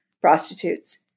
prostitutes